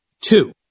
Two